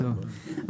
טוב,